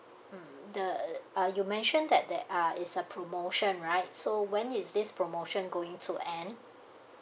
mm the uh you mentioned that that uh is a promotion right so when is this promotion going to end